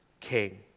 king